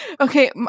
Okay